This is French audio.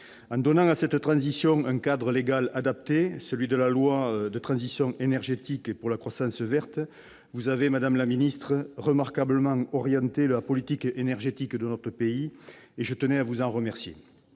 En donnant à cette transition un cadre légal adapté, celui de la loi de transition énergétique et pour la croissance verte, vous avez, madame la ministre, remarquablement orienté la politique énergétique de notre pays, ce dont je tenais à vous remercier.